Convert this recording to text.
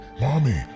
Mommy